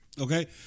Okay